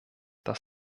das